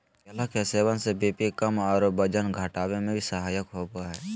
केला के सेवन से बी.पी कम आरो वजन घटावे में भी सहायक होबा हइ